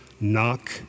Knock